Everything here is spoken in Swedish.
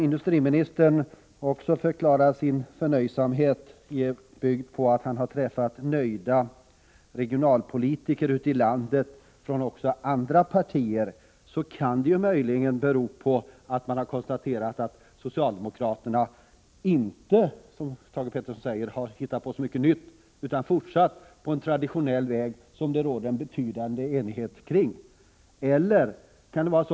Industriministern förklarade att hans förnöjsamhet bygger på att han har träffat nöjda regionalpolitiker ute i landet från även andra partier än det socialdemokratiska. Möjligen kan det bero på att de har konstaterat att socialdemokraterna inte, som Thage Peterson säger, har hittat på så mycket nytt utan fortsatt på den traditionella väg som det har rått en betydande enighet kring.